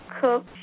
Cook